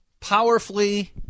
powerfully